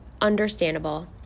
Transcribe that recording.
understandable